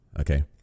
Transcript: okay